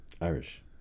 Irish